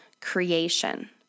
creation